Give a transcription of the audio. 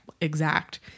exact